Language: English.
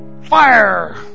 fire